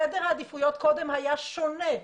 סדר העדיפויות קודם היה שונה,